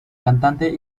cantante